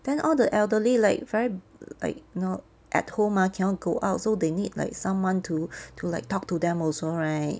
then all the elderly like very like you know at home mah cannot go out so they need like someone to to like talk to them also right